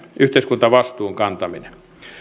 yhteiskuntavastuun kantaminen